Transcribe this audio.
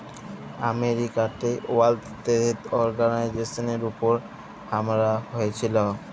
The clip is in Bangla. আমেরিকাতে ওয়ার্ল্ড টেরেড অর্গালাইজেশলের উপর হামলা হঁয়েছিল